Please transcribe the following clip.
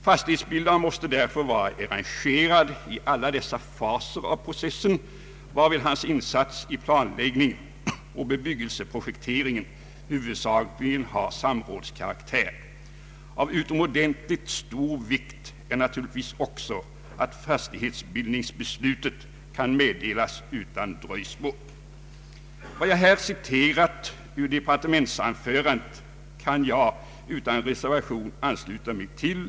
Fastighetsbildaren måste därför vara engagerad i alla dessa faser av processen, varvid hans insats i planläggningen och bebyggelseprojekteringen huvudsakligen har samrådskaraktär. Av utomordentligt stor vikt är naturligtvis också att fastighetsbildningsbeslutet kan meddelas utan dröjsmål.” Vad jag här citerat ur departementsanförandet kan jag utan reservation ansluta mig till.